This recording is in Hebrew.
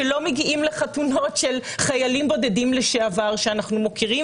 שלא מגיעים לחתונות של חיילים בודדים לשעבר שאנחנו מוקירים